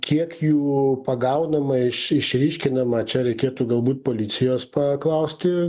kiek jų pagaunama iš išryškinama čia reikėtų galbūt policijos paklausti